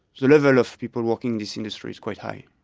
the level of people working in this industry is quite high.